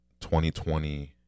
2020